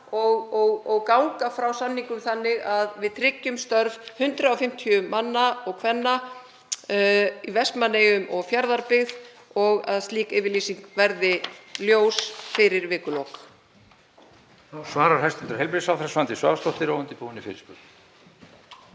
og ganga frá samningum þannig að við tryggjum störf 150 manna og kvenna í Vestmannaeyjum og Fjarðarbyggð og að slík yfirlýsing verði ljós fyrir vikulok?